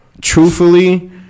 truthfully